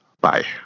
Bye